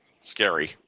scary